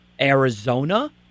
Arizona –